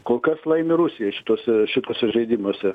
kol kas laimi rusija šituose šituose žaidimuose